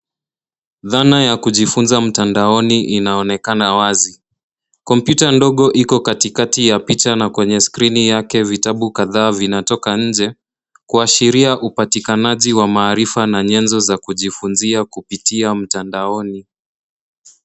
Zana ya kujifunza mtandaoni inaonekana wazi. Kompyuta ndogo iko katikati ya picha na kwenye skrini yake vitabu kadhaa vinatoka nje kuashiria upatikanaji wa maarifa na nyenzo za kijifunzia kupitia mtandaoni.